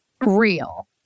real